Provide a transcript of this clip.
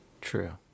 True